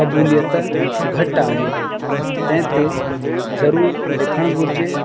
क़बूलियत घटि आहे तंहिं ते ज़रूरु लिखणु घुरिजे